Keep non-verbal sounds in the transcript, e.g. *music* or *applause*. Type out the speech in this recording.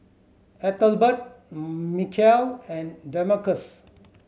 Ethelbert *hesitation* Michial and Damarcus